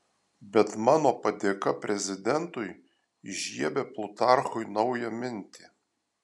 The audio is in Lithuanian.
bet mano padėka prezidentui įžiebia plutarchui naują mintį